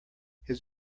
his